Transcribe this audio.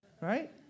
right